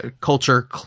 culture